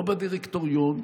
לא בדירקטוריון,